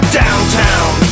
downtown